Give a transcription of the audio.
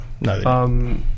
no